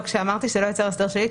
כשאמרתי שזה לא ייצר הסדר שלילי,